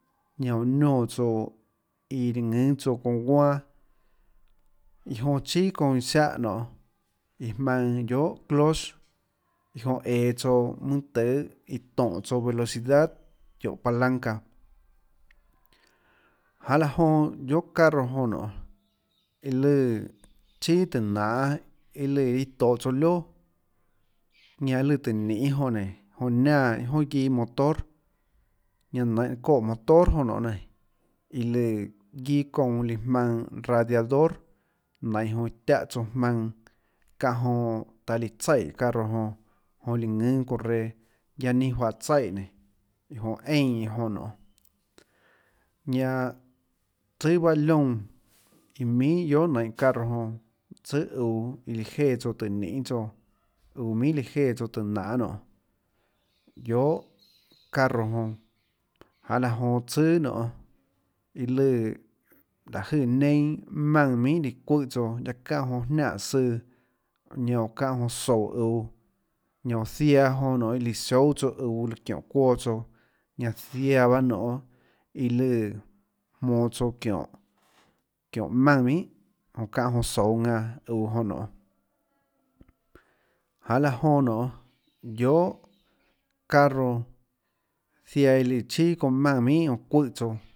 Uã niónã tsouã iã lùã ðùnâ tsouã çounã guanâ iã jonã chíà çounã iã ziáhã nionê iã jmaønã guiohà closts iã joã eå tsouã mønâ tùhê iã tóhå tsouã velocidad çióhå palanca janê laã jonã guiohà carro jonã nonê iã lùã chíà tùhå nanhê iâ lùã iâ tohå tsouã lioà ñanã iã lùã tùhå ninê jonã nénå jonã niánã iâ jonà guiâ motor ñanã nainhå çoè motor jonã nionê nénå iã lùã guiâ çounã iã lùã jmaønã radiador nainhå jonã tiáhã tsouã jmaønã çáhã jonã taã líã tsaiè carro jonã jonã líã ðùnâ çoønã reã guianâ ninâ juáhã tsaiè nénå iã jonã eínã iãjonã nionê ñanã tsùà bahâ liónã iã minhà guiohà nainhå carro jonã tsùà uå iã lùã jéã tsouã tùhå ninê tsouã uå minhà lùã jéã tsouã tùhå nanê nionê guiohà carro jonã janê laã jonã tsùà nionê iã lùã láå jøè nienâ jmaùnã minhà líã çuùhã tsouã guiaâ çáhã jonã jnianè søã ñanã oã çáhã jonã soúå uå ñanã uã ziaã jonã nionê iã lùã sioúâ tsouã uå çióhå çuoã tsouã ñanã ziaã paâ nionê iã lùã jmonå tsouã çióhå çióhå jmaùnã minhà jonã çáhã jonã souå ðanã uå jonã nonê jahê laã jonã nionê guiohà carro ziaã iã lùã chíà çounã jmaùnã minhà çuùhã tsouã.